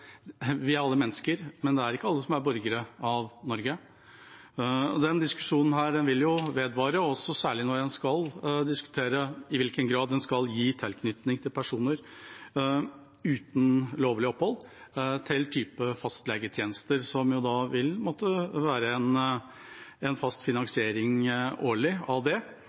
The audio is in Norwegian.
vi er alle mennesker, men det er ikke alle som er borgere av Norge. Denne diskusjonen vil jo vedvare, og særlig når vi skal diskutere i hvilken grad en skal gi personer uten lovlig opphold tilgang til fastlegetjenester. Det vil måtte være en fast finansiering årlig av det,